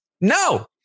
No